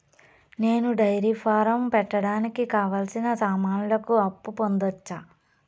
నేను dairy farm పెట్టడానికి కావాల్సిన సామాన్లకు అప్పు పొందొచ్చా?